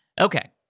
Okay